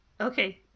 Okay